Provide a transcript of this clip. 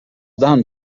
done